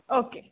okay